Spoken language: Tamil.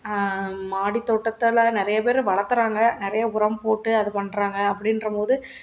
மாடி தோட்டத்தால் நிறைய பேர் வளர்த்தறாங்க நிறைய உரம் போட்டு அது பண்ணுறாங்க அப்படின்றமோது